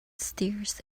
stairs